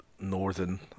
northern